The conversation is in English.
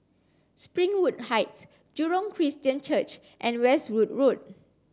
Springwood Heights Jurong Christian Church and Westwood Road